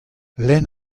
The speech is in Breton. lenn